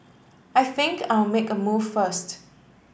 I think I'll make a move first